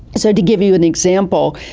so to give you an example,